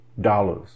Dollars